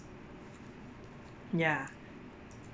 ya